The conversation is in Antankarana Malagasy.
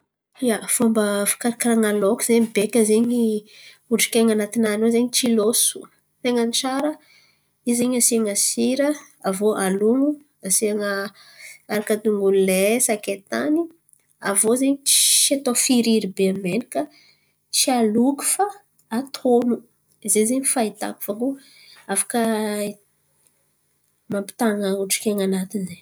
Ia, fomba fikarakaran̈a loko ze baika zen̈y hotrik’ain̈y an̈ati-nany ao zen̈y tsy loso tain̈a tsara izy zen̈y asian̈a sira. Aviô alon̈o asian̈a aharaka dongolo lay, sakaitany aviô tsy atô firiry be menakà tsy aloky fa atôno zen̈y ze fahitako afaka mampitan̈a hitrik’ain̈y anatiny zen̈y.